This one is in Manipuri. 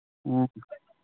ꯎꯝ